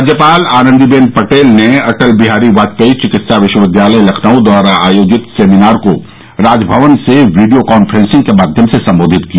राज्यपाल आनन्दीबेन पटेल ने अटल बिहारी बाजपेई चिकित्सा विश्वविद्यालय लखनऊ द्वारा आयोजित सेमिनार को राजभवन से वीडियो कांफ्रेंसिंग के माध्यम से संबोधित किया